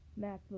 macbook